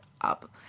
up